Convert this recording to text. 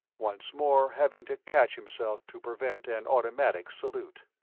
once more having to catch himself to prevent an automatic salute.